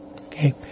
Okay